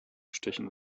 stechen